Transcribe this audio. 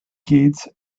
kids